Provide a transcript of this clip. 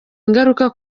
ingaruka